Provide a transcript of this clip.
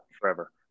forever